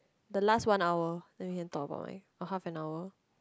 the last one hour and we can talk about like a half an hour